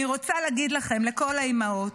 אני רוצה להגיד לכן, לכל האימהות: